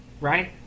Right